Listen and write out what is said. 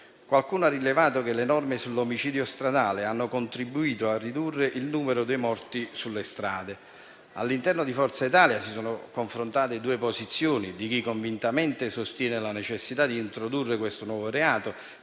Qualcuno ha rilevato che le norme sull'omicidio stradale hanno contribuito a ridurre il numero dei morti sulle strade. All'interno di Forza Italia si sono confrontate due posizioni: quella di chi convintamente sostiene la necessità di introdurre questo nuovo reato